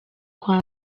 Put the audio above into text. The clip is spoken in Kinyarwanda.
kwa